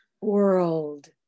world